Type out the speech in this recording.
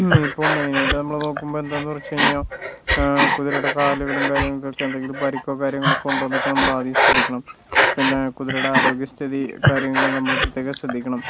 ഇപ്പം മൈനായിട്ട് നമ്മള് നോക്കുമ്പോൾ എന്താണെന്ന് വെച്ച് കഴിഞ്ഞാൽ കുതിരയുടെ കാലുകളും കാര്യങ്ങൾക്കൊക്കെ എന്തെങ്കിലും പരിക്കുകളൊക്കെ ഉണ്ടോ എന്ന് നമ്മള് ആദ്യം ശ്രദ്ധിക്കണം പിന്നെ കുതിരയുടെ ആരോഗ്യസ്ഥിതി കാര്യങ്ങള് നമ്മള് പ്രത്യേകം ശ്രദ്ധിക്കണം